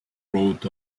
brought